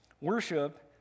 Worship